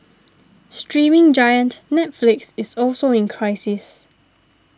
streaming giant Netflix is also in crisis